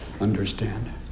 understand